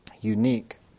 unique